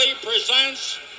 presents